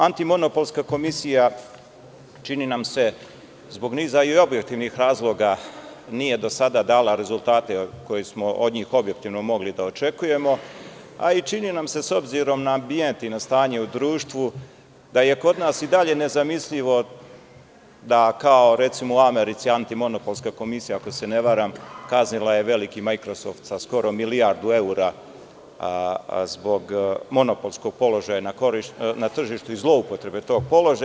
Antimonopolska komisija, čini nam se, zbog niza objektivnih razloga nije do sada dala rezultate koje smo od njih objektivno mogli da očekujemo, a i čini nam se, s obzirom na ambijent i na stanje u društvu, da je kod nas i dalje nezamislivo da, kao recimo u Americi, antimonopolska komisija, ako se ne varam, kaznila je veliki „Majkrosoft“ sa skoro milijardu evra zbog monopolskog položaja na tržištu i zloupotrebe tog položaja.